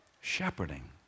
Shepherding